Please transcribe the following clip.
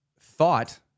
thought